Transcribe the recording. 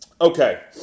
Okay